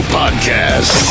podcast